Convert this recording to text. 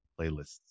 playlists